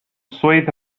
swydd